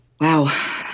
Wow